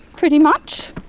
pretty much.